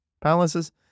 palaces